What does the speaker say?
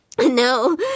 No